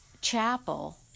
chapel